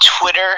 Twitter